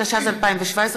התשע"ז 2017,